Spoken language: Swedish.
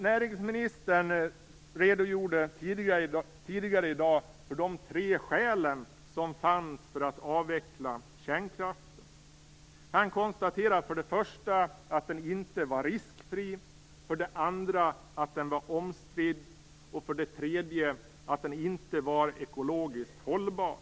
Näringsministern redogjorde tidigare i dag för de tre skäl som fanns för att avveckla kärnkraften. Han konstaterade för det första att kärnkraften inte var riskfri, för det andra att den var omstridd och för det tredje att den inte var ekologiskt hållbar.